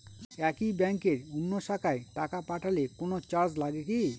একই ব্যাংকের অন্য শাখায় টাকা পাঠালে কোন চার্জ লাগে কি?